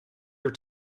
your